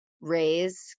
raise